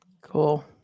Cool